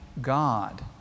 God